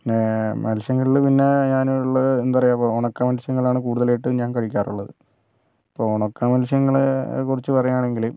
പിന്നേ മത്സ്യങ്ങളില് പിന്നേ ഞാൻ ഉള്ളത് എന്താ പറയുക ഇപ്പം ഉണക്ക മത്സ്യങ്ങളാണ് കൂടുതലായിട്ടും ഞാൻ കഴിക്കാറുള്ളത് ഇപ്പോൾ ഉണക്ക മത്സ്യങ്ങളേ കുറിച്ച് പറയുകയാണെങ്കില്